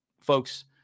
Folks